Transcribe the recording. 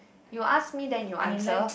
you ask me then you answer